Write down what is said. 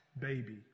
baby